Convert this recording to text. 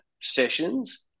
sessions